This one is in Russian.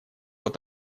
вот